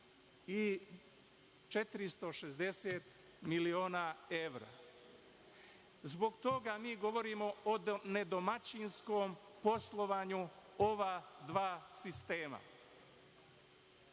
i 460 miliona evra. Zbog toga mi govorimo o nedomaćinskom poslovanju ova dva sistema.